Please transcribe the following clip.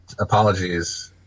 apologies